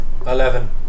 Eleven